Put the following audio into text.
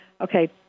okay